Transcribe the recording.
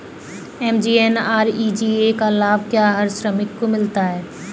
MGNREGA का लाभ क्या हर श्रमिक को मिलता है?